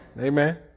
Amen